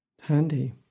Handy